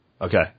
Okay